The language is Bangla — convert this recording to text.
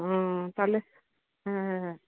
হুম তাহলে হ্যাঁ হ্যাঁ হ্যাঁ